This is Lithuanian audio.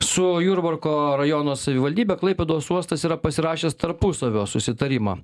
su jurbarko rajono savivaldybe klaipėdos uostas yra pasirašęs tarpusavio susitarimą